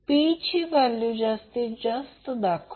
P ची value जास्तीत जास्त दाखवा